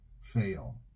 fail